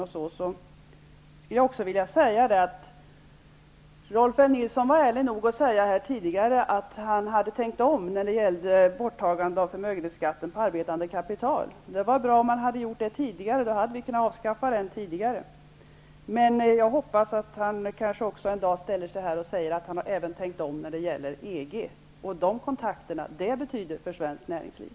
Rolf L. Nilson var tidigare ärlig nog att säga att han hade tänkt om när det gällde borttagandet av förmögenhetsskatten på arbetande kapital. Det hade varit bra om han hade gjort det tidigare; då hade vi kunnat avskaffa den tidigare. Men jag hoppas att han en dag ställer sig här och säger att han har tänkt om även när det gäller EG och de kontakter det betyder för svenskt näringsliv.